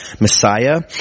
Messiah